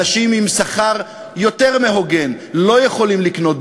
אנשים עם שכר יותר מהוגן לא יכולים לקנות דירה.